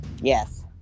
yes